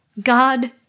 God